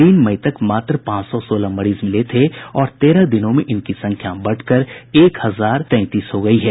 तीन मई तक मात्र पांच सौ सोलह मरीज मिले थे और तेरह दिनों में इनकी संख्या बढ़कर एक हजार तैंतीस हो गयी है